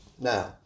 Now